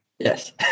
Yes